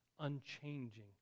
unchanging